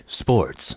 sports